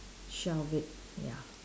shelf it ya